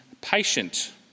patient